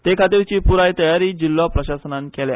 तेखातीरची पुराय तयारी जिल्लो प्रशासनान केल्या